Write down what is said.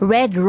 Red